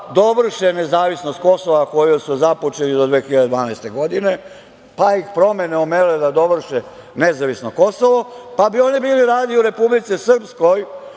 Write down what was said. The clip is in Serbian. dovrše nezavisnost Kosova koju su započeli do 2012. godine, pa ih promene omele da dovrše nezavisno Kosovo, pa bi oni bili radi u Republici Srpskoj